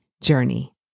journey